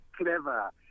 clever